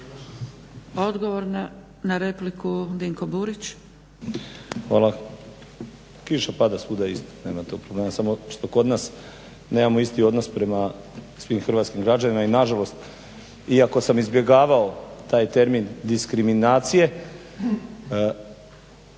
Odgovor na repliku, Dinko Burić.